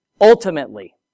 ultimately